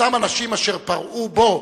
אותם אנשים אשר פרעו בו,